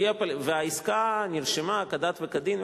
והעסקה נרשמה כדת וכדין,